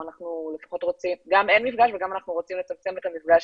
גם אין מפגש וגם אנחנו רוצים לצמצם את המפגש,